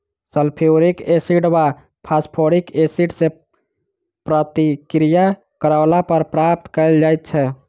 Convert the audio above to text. sulphuric acid वा phosphoric acid सॅ प्रतिक्रिया करौला पर प्राप्त कयल जाइत छै